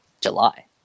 July